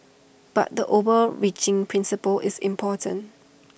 but the overreaching principle is important